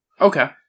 Okay